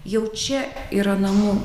jau čia yra namų